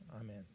Amen